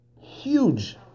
huge